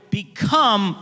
become